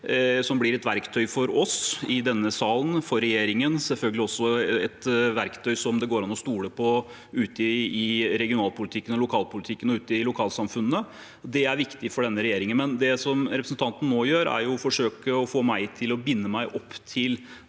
som blir et verktøy for oss i denne salen, for regjeringen, og selvfølgelig også et verktøy som det går an å stole på ute i regional- og lokalpolitikken og i lokalsamfunnene. Det er viktig for denne regjeringen. Det representanten nå gjør, er å forsøke å få meg til å binde meg opp til